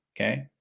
Okay